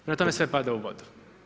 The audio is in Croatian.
Prema tome sve pada u vodu.